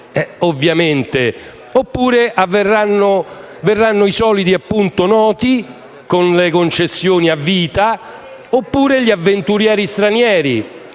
ad investire. Oppure verranno i soliti noti con le concessioni a vita, o ancora gli avventurieri stranieri.